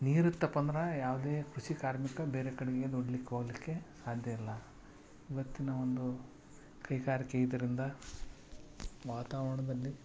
ನೀರು ಇತ್ತಪ್ಪ ಅಂದ್ರೆ ಯಾವುದೆ ಕೃಷಿ ಕಾರ್ಮಿಕ ಬೇರೆ ಕಡೆಗೆ ದುಡಿಲಿಕ್ಕೆ ಹೋಗ್ಲಿಕ್ಕೆ ಸಾಧ್ಯಯಿಲ್ಲ ಇವತ್ತಿನ ಒಂದು ಕೈಗಾರಿಕೆ ಇದರಿಂದ ವಾತಾವರಣದಲ್ಲಿ